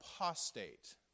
apostate